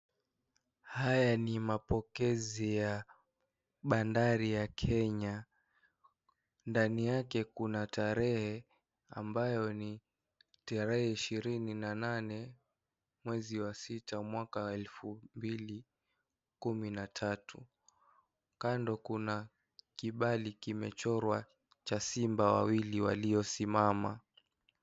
Haya ni mapokezi ya bandari ya Kenya, ndani yake kuna tarehe ambayo ni tarehe ishirini na nane mwezi wa sita mwaka wa elfu mbili kumi na tatu, kando kuna kibali kimechorwa cha Simba wawili waliosimama.